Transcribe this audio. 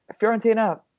fiorentina